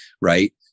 right